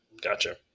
gotcha